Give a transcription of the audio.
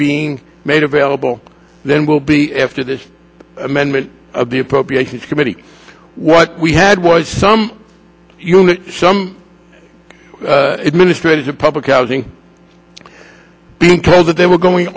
being made available then we'll be after this amendment of the appropriations committee what we had was some you know some administrators of public housing being told that they were going